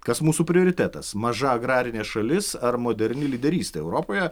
kas mūsų prioritetas maža agrarinė šalis ar moderni lyderystė europoje